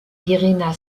irina